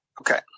Okay